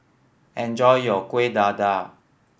enjoy your Kuih Dadar